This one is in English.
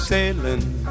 Sailing